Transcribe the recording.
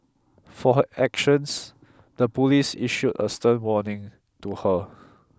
for her actions the police issued a stern warning to her